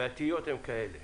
ותהיות הן כאלה